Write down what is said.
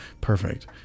perfect